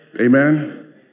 Amen